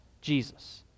Jesus